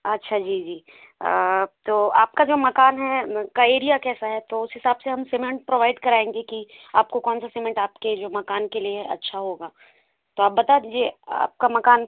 अच्छा जी जी तो आपका जो मकान है का एरिया कैसा है तो उस हिसाब से हम सीमेंट प्रोवाइड कराएंगे की आपको कौन सा सीमेंट आपके जो मकान के लिए अच्छा होगा तो आप बात दीजिए आपका मकान